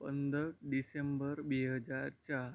પંદર ડિસેમ્બર બે હજાર ચાર